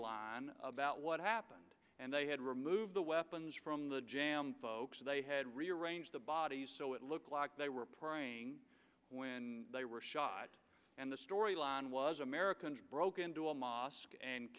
line about what happened and they had removed the weapons from the jam folks they had rearranged the bodies so it looked like they were prying when they were shot and the story line was americans broke into a mosque and